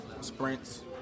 sprints